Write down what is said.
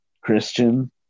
Christian